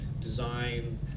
design